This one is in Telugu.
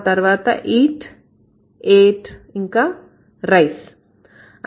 ఆ తర్వాత eat ate ఇంకా rice